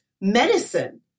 medicine